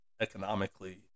economically